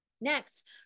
Next